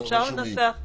אפשר לנסח את